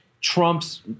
trumps